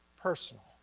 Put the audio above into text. personal